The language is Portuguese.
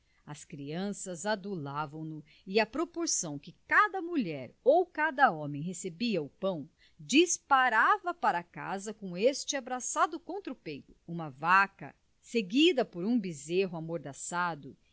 as crianças adulavam no e à proporção que cada mulher ou cada homem recebia o pão disparava para casa com este abraçado contra o peito uma vaca seguida por um bezerro amordaçado